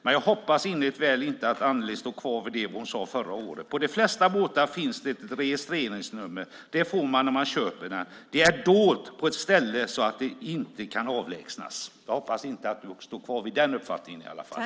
Men jag hoppas innerligt väl att Annelie inte står kvar vid det hon sade förra året. På de flesta båtar finns det ett registreringsnummer. Det får man när man köper båten. Det är dolt på ett ställe så att det inte kan avlägsnas. Jag hoppas att du inte står kvar vid den uppfattningen, i alla fall.